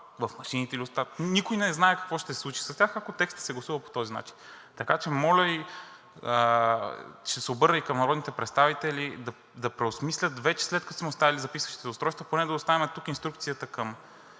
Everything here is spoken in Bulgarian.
в машините ли остават, и никой не знае какво ще се случи с тях, ако текстът се гласува по този начин. Ще се обърна и към народните представители да преосмислят, след като сме оставили записващите устройства, поне да оставим тук инструкцията към